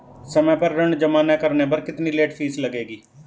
समय पर ऋण जमा न करने पर कितनी लेट फीस लगेगी?